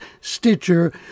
Stitcher